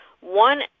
One